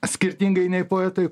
skirtingai nei poetai